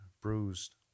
bruised